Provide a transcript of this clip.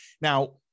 Now